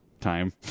time